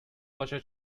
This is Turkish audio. başa